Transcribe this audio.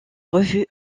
revue